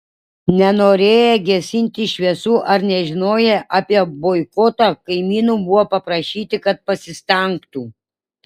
nenorėję gesinti šviesų ar nežinoję apie boikotą kaimynų buvo paprašyti kad pasistengtų